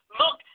look